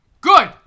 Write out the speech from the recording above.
Good